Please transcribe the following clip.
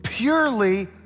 Purely